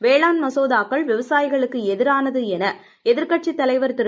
வேளாண் மசோதாக்கள் விவசாயிகளுக்கு எதிரானது என எதிர்க்கட்சித் தலைவர் திரு